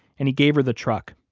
and he gave her the truck,